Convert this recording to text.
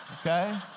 Okay